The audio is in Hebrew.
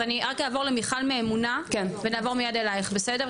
אז אני רק אעבור למיכל מאמונה ונעבור מיד אליך בסדר?